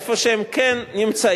איפה שהם כן נמצאים,